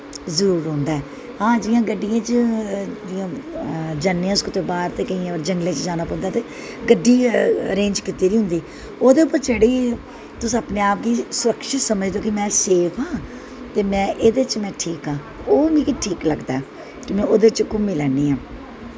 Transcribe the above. जरूर रौंह्दा ऐ हां जि'यां गड्डियें च जन्ने आं केईं बार ते जंगले च जाना पौंदा ते गड्डी गै अरेंज कीती दी होंदी ओह्दे पर चढ़े तुस अपने आप गी सुरक्षत समझदे ओ कि में सेव आं ते एह्दे च में ठीक आं ते ओह् मिगी ठीक लगदा में ओह्दे च घूमी लैन्नी आं